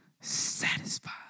satisfied